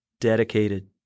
dedicated